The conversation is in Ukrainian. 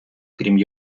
крім